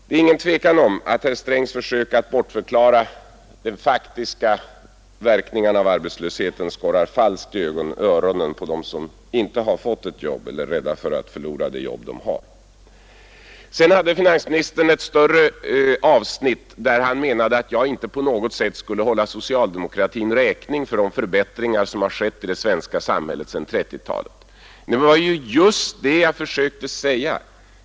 Det är ingen tvekan om att herr Strängs försök att bortförklara de faktiska verkningarna av arbetslösheten surrar falskt i öronen på dem som inte har fått ett jobb eller är rädda för att förlora det jobb de har. Sedan vill jag beröra det stora avsnitt i finansministerns anförande, där han gjorde gällande att jag inte på något sätt skulle hålla socialdemokratin räkning för de förbättringar i det svenska samhället som har skett sedan 1930-talet. Men det var ju just det jag försökte säga.